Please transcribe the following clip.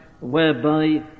whereby